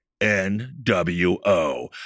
nwo